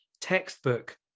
textbook